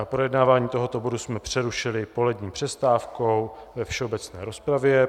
Projednávání tohoto bodu jsme přerušili polední přestávkou ve všeobecné rozpravě.